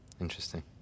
interesting